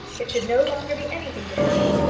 it should no longer be anything to him.